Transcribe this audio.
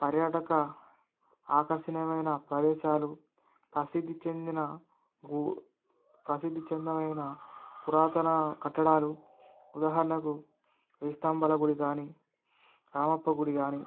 పర్యాటక ఆకర్షణనీయమైన ప్రదేశాలు ప్రసిద్ధి చెందిన గు ప్రసిద్ధి చెందిన పురాతన కట్టడాలు ఉదాహరణకు వేయి స్తంభాల గుడి కానీ రామప్ప గుడి కానీ